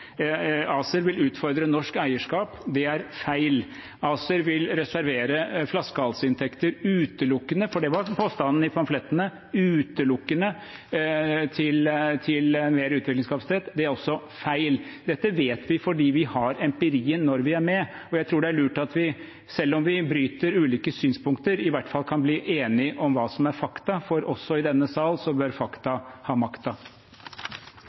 ACER vil reservere flaskehalsinntekter utelukkende, for det var påstanden i pamflettene, til mer utbyggingskapasitet – det er også feil. Dette vet vi fordi vi har empirien når vi er med. Jeg tror det er lurt, selv om vi bryter ulike synspunkter, i hvert fall kan bli enige om hva som er fakta. For også i denne sal bør fakta ha makta.